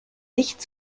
nicht